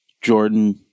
Jordan